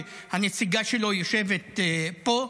שהנציגה שלו יושבת פה,